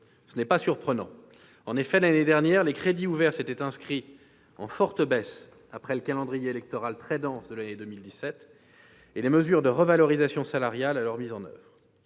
Ce n'est pas surprenant. En effet, l'année dernière, les crédits ouverts s'étaient inscrits en forte baisse après le calendrier électoral très dense de l'année 2017 et les mesures de revalorisation salariale alors mises en oeuvre.